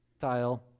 tile